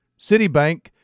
citibank